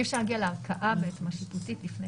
אי אפשר להגיע לערכאה ב --- שיפוטית לפני